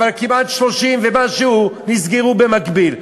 אבל כמעט 30,000 ומשהו נסגרו במקביל.